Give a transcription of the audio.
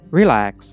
relax